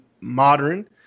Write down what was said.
modern